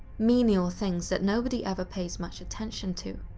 menial things that nobody ever pays much attention to.